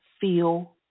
feel